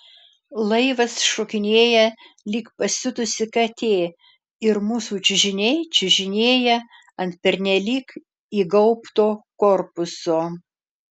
laivas šokinėja lyg pasiutusi katė ir mūsų čiužiniai čiužinėja ant pernelyg įgaubto korpuso